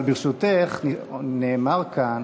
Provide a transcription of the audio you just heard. אבל, ברשותך, נאמר כאן